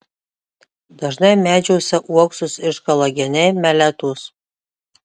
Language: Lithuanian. dažnai medžiuose uoksus iškala geniai meletos